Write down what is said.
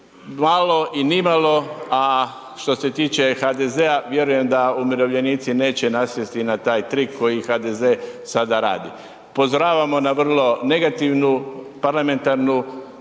malo i nimalo, a što se tiče HDZ-a vjerujem da umirovljenici neće nasjesti na taj trik koji HDZ sada radi. Upozoravamo na vrlo negativnu parlamentarnu stvar